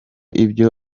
ibyo